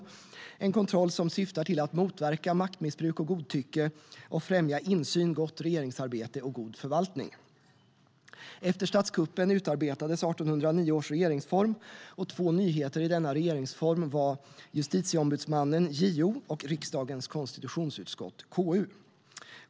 Det är en kontroll som syftar till att motverka maktmissbruk och godtycke och främja insyn, gott regeringsarbete och god förvaltning. Efter statskuppen utarbetades 1809 års regeringsform, och två nyheter i denna regeringsform var justitieombudsmannen, JO, och riksdagens konstitutionsutskott, KU.